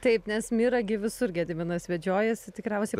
taip nes mirą gi visur gediminas vedžiojasi tikriausia